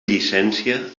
llicència